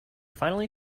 finally